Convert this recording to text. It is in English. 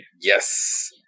Yes